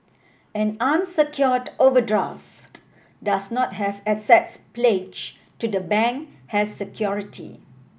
an unsecured overdraft does not have assets pledged to the bank as security